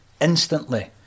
instantly